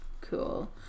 cool